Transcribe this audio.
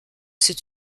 c’est